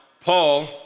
Paul